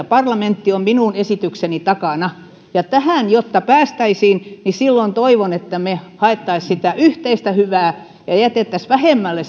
parlamentti on minun esitykseni takana ja jotta tähän päästäisiin niin toivon että me hakisimme yhteistä hyvää ja jättäisimme vähemmälle